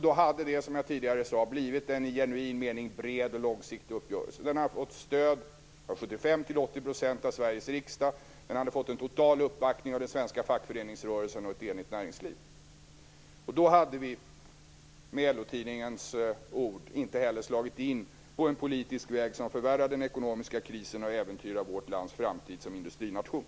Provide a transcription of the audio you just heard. Då hade det, som jag tidigare sade, blivit en i genuin mening bred och långsiktig uppgörelse. Den hade fått stöd av 75-80 % av Sveriges riksdag, den hade fått en total uppbackning av den svenska fackföreningsrörelsen och ett enigt näringsliv. Då hade vi, med LO-tidningens ord, inte heller slagit in på en politisk väg som förvärrar den ekonomiska krisen och äventyrar vårt lands framtid som industrination.